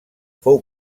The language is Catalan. fou